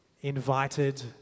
invited